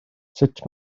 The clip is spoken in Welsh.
sut